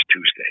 Tuesday